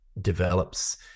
develops